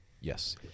Yes